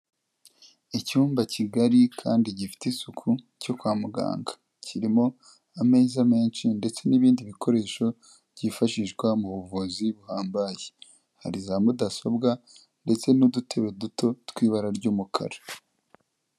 Icyumba kigari kandi gifite isuku cyo kwa muganga, kirimo ameza menshi ndetse n'ibindi bikoresho byifashishwa mu buvuzi buhambaye, hari za mudasobwa ndetse n'udutebe duto tw'ibara ry'umukara.